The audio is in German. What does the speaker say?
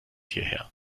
hierher